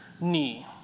knee